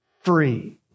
free